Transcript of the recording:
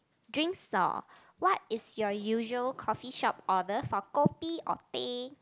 drinks store what is your usual coffee shop order for kopi or teh